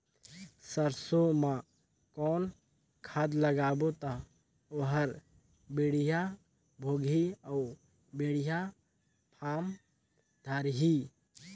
सरसो मा कौन खाद लगाबो ता ओहार बेडिया भोगही अउ बेडिया फारम धारही?